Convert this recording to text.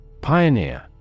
Pioneer